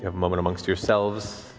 moment amongst yourselves,